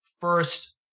First